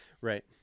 right